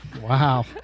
Wow